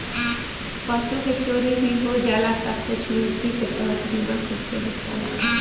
पशु के चोरी भी हो जाला तऽ कुछ निति के तहत बीमा कंपनी भुगतान करेला